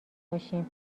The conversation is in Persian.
باشیم